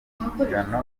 y’umushyikirano